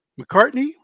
McCartney